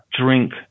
drink